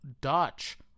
Dutch